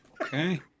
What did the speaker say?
Okay